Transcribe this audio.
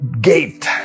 gate